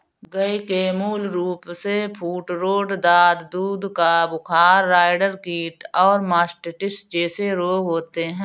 गय के मूल रूपसे फूटरोट, दाद, दूध का बुखार, राईडर कीट और मास्टिटिस जेसे रोग होते हें